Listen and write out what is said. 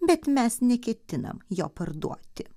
bet mes neketinam jo parduoti